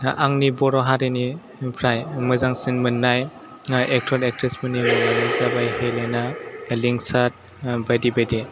आंनि बर' हारिनिफ्राय मोजांसिन मोननाय एकटर एकथ्रिस फोरनि मुङानो जाबाय हेलेना लिंसार बायदि बायदि